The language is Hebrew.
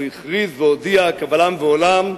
והוא הכריז והודיע קבל עם ועולם: